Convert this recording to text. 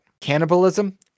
Cannibalism